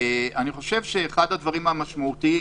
אחד הדברים המשמעותיים,